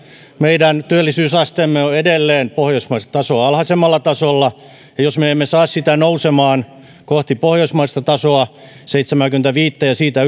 meidän työllisyysasteemme on edelleen pohjoismaista tasoa alhaisemmalla tasolla jos me emme saa sitä nousemaan kohti pohjoismaista tasoa seitsemääkymmentäviittä ja siitä